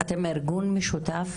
אתם ארגון משותף?